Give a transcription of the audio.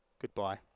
Goodbye